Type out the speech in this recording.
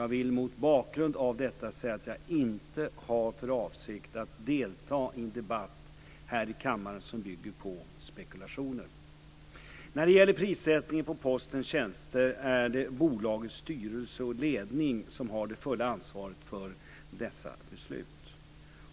Jag vill mot bakgrund av detta säga att jag inte har för avsikt att delta i en debatt här i kammaren som bygger på spekulationer. När det gäller prissättningen på Postens tjänster är det bolagets styrelse och ledning som har det fulla ansvaret för dessa beslut.